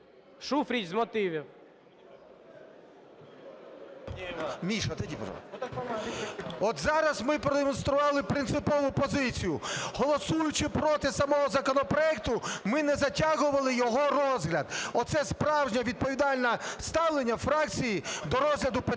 ШУФРИЧ Н.І. От зараз ми продемонстрували принципову позицію: голосуючи проти самого законопроекту, ми не затягували його розгляд. Оце справжнє відповідальне ставлення фракції до розгляду питань